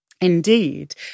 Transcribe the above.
indeed